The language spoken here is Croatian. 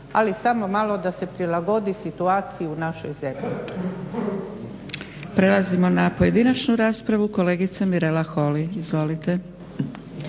ali samo malo da se prilagodi situaciji u našoj zemlji.